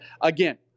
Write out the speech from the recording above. again